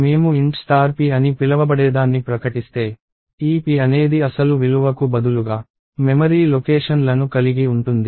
మేము Int p అని పిలవబడేదాన్ని ప్రకటిస్తే ఈ p అనేది అసలు విలువ కు బదులుగా మెమరీ లొకేషన్ లను కలిగి ఉంటుంది